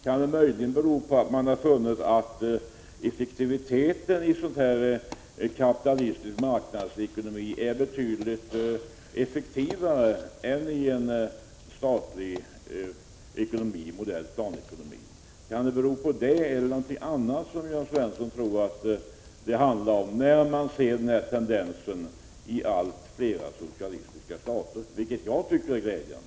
Kan det möjligen bero på att man har funnit att effektiviteten i en sådan här kapitalistisk marknadsekonomi är betydligt högre än i en statlig ekonomi, modell planekonomi? Eller tror Jörn Svensson att det handlar om något annat? Denna tendens märks ju i allt fler socialistiska stater, vilket jag tycker är glädjande.